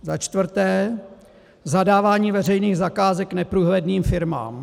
za čtvrté zadávání veřejných zakázek neprůhledným firmám,